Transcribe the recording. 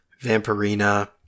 Vampirina –